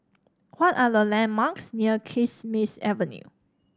what are the landmarks near Kismis Avenue